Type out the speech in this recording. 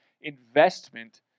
investment